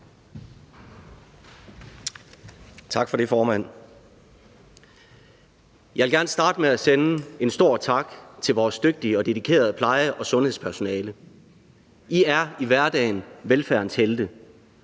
Tak for det, formand. Jeg vil gerne starte med at sende en stor tak til vores dygtige og dedikerede pleje- og sundhedspersonale. I er i hverdagen velfærdens helte.